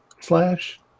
slash